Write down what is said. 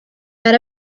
that